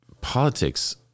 politics